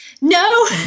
No